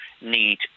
need